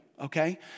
okay